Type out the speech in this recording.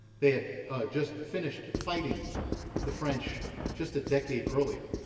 they had just finished fighting the french just a decade earlier,